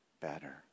better